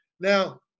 Now